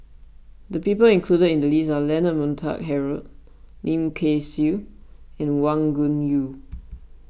the people included in the list are Leonard Montague Harrod Lim Kay Siu and Wang Gungwu